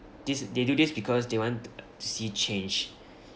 this they do this because they want to see change